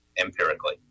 empirically